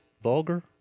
vulgar